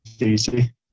easy